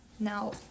Now